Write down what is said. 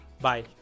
Bye